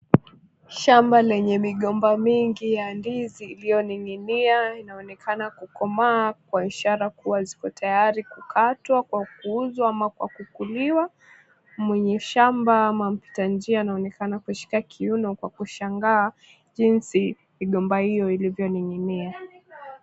Shamba lenye migomba mingi ya ndizi ilioning'inia inaonekana kukomaa kwa ishara kuwa ziko tayari kukatwa kwa kuuzwa ama kwa kukuliwa. Mwenye shamba ama mpita njia anaonekana kushika kiuno kwa kushangaa jinsi migomba hio ilivyoning'inia.